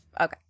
okay